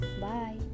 bye